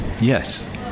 Yes